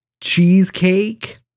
cheesecake